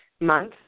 month